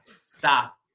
Stop